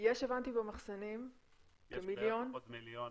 הבנתי שבמחסנים יש עוד מיליון.